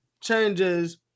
changes